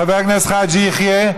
חבר הכנסת חאג' יחיא.